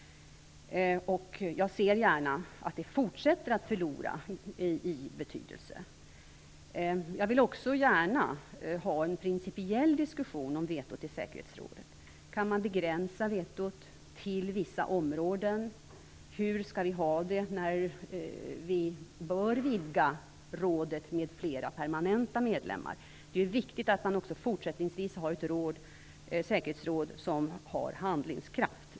Jag ser gärna att vetot fortsätter att förlora i betydelse. Jag vill också gärna ha en principiell diskussion om vetot i säkerhetsrådet. Kan man begränsa det till vissa områden? Hur skall vi ha det med tanke på att vi bör vidga rådet med flera permanenta medlemmar? Det är ju viktigt att man också fortsättningsvis har ett säkerhetsråd som har handlingskraft.